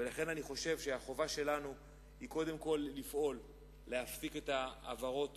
ולכן אני חושב שהחובה שלנו היא קודם כול לפעול להפסקת העברות